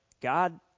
God